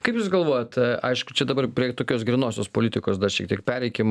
kaip jūs galvojat aišku čia dabar prie tokios grynosios politikos dar šiek tiek pereikim